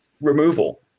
removal